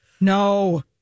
no